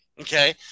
Okay